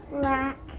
black